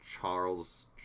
Charles